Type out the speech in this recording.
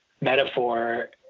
metaphor